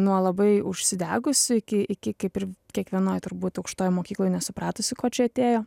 nuo labai užsidegusių iki iki kaip ir kiekvienoj turbūt aukštoj mokykloj nesupratusių ko čia atėjo